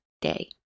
day